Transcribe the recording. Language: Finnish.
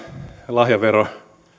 lahjavero